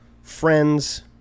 friends